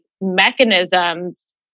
mechanisms